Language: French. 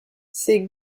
ses